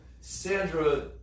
Sandra